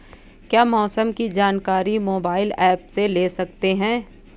क्या मौसम की जानकारी मोबाइल ऐप से ले सकते हैं?